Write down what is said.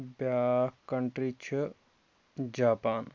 بیٛاکھ کَنٹرٛی چھِ جاپان